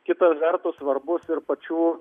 kita vertus svarbus ir pačių